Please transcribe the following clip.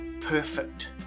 perfect